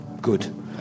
good